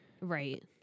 Right